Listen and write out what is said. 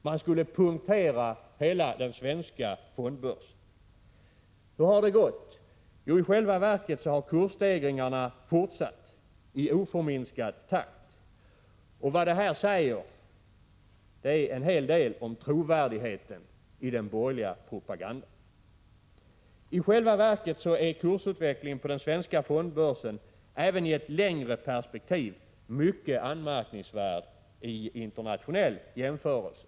Den svenska fondbörsen skulle punkteras. Men hur har det gått? Jo, i själva verket har kursstegringarna fortsatt i oförminskad takt. Detta säger en hel del om trovärdigheten i den borgerliga propagandan. I själva verket är kursutvecklingen på den svenska fondbörsen även i ett längre perspektiv mycket anmärkningsvärd, vilket framgår vid en internationell jämförelse.